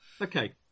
Okay